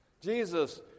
Jesus